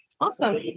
Awesome